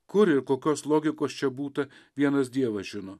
kur ir kokios logikos čia būta vienas dievas žino